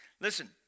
Listen